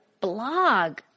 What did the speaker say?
blog